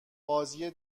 بازی